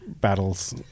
battles